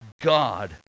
god